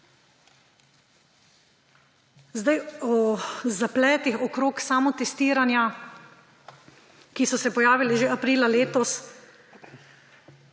O zapletih okrog samotestiranja, ki so se pojavili že aprila letos,